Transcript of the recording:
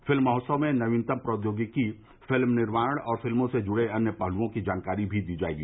film महोत्सव में नवीनतम प्रौद्योगिकी फिल्म निर्माण और फिल्मों से जुड़े अन्य पहलुओं की जानकारी भी दी जायेगी